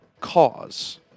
Cause